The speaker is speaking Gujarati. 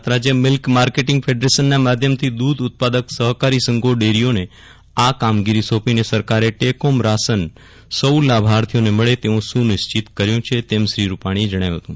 ગુજરાત રાજય મિલ્ક માર્કેટીંગ ફેડરેશનના માધ્યમથી દૂધ ઉત્પાદક સહકારી સંઘો ડેરીઓને આ કામગીરી સોંપીને સરકારે ટેકહોમ રાશન સૌ લાભાર્થીઓને મળે તવું સુનિશ્ચિત કર્યું છે તેમ શ્રી રૂપાણીએ જણાવ્યું હતું